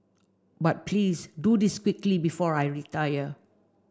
but please do this quickly before I retire